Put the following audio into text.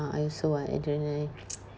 I also [what] I generally